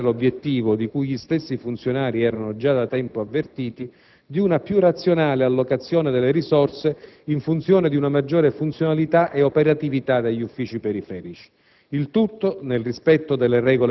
detto, si è inteso realizzare l'obiettivo, di cui gli stessi funzionari erano già da tempo avvertiti, di una più razionale allocazione delle risorse in funzione di una maggiore funzionalità ed operatività degli uffici periferici;